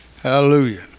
Hallelujah